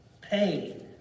pain